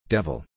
Devil